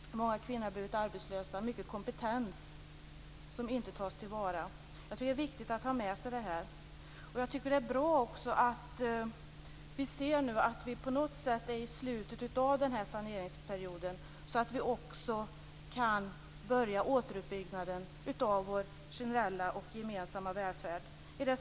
Många kvinnor har blivit arbetslösa, och mycket av kompetens tas inte till vara. Jag tycker att det är viktigt att ha detta med sig. Jag tycker också att det är bra att vi nu ser att vi på något sätt är i slutet av den här saneringsperioden, så att vi kan börja återuppbyggnaden av vår generella och gemensamma välvärd.